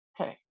okay